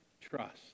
trust